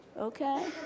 Okay